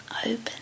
open